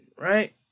right